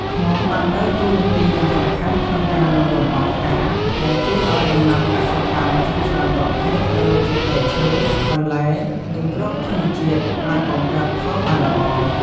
ឃ្មុំ បានដើរតួនាទីយ៉ាងសំខាន់ក្នុងការនាំលម្អងផ្កា ដែលជួយឲ្យដំណាំកសិកម្មជាច្រើនប្រភេទ ដូចជាផ្លែឈើ បន្លែ និងគ្រាប់ធញ្ញជាតិ អាចបង្កើតផលបានល្អ។